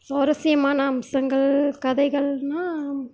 சுவாரஸ்யமான அம்சங்கள் கதைகள்னால்